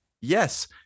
Yes